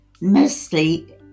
mostly